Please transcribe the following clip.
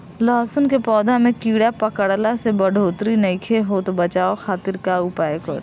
लहसुन के पौधा में कीड़ा पकड़ला से बढ़ोतरी नईखे होत बचाव खातिर का उपाय करी?